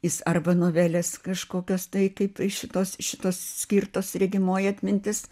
jis arba novelės kažkokios tai kaip iš šitos šitos skirtos regimoji atmintis